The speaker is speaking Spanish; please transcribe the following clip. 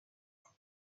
point